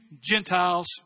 Gentiles